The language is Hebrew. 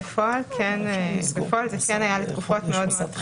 בפועל זה כן היה לתקופות מאוד מאוד קצרות.